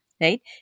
right